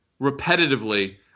repetitively